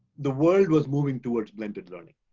the world was moving towards blended learning.